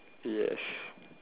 yes